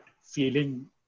feeling